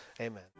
Amen